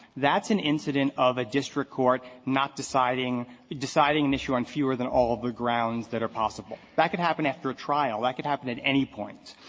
that's an incident of a district court not deciding deciding an issue on fewer than all of the grounds that are possible. that can happen after a trial. that could happen at any point.